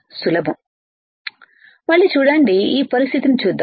సులభం మళ్ళీ చూడండి ఈ పరిస్థితిని చూద్దాం